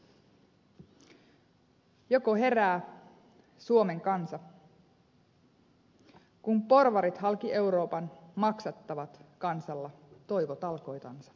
joko herää suomen kansa kun porvarit halki euroopan maksattavat kansalla toivotalkoitansa